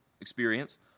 experience